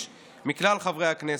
וקבוצת חברי הכנסת.